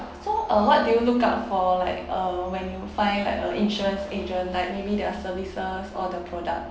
so uh what do you look out for like uh when you find like a insurance agent like maybe their services or the products